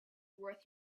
worth